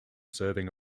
serving